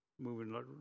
moving